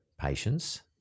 patients